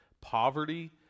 poverty